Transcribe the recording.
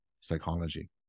psychology